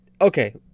okay